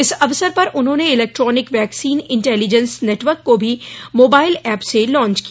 इस अवसर पर उन्होंने इलैक्ट्रॉनिक वैक्सीन इंटैलीजेंस नेटवर्क को भी मोबाईल एप से लॉच किया